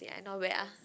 ya not bad ah